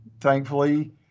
Thankfully